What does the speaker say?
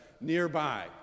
nearby